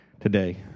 today